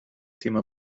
thema